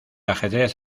ajedrez